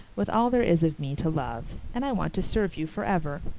with all there is of me to love. and i want to serve you for ever.